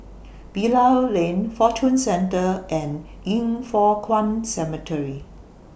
Bilal Lane Fortune Centre and Yin Foh Kuan Cemetery